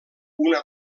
una